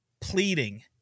pleading